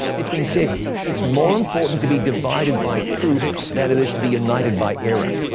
it's been said it's more important to be divided by truth than it is to be united by error.